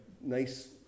nice